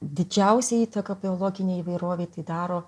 didžiausią įtaką biologinei įvairovei tai daro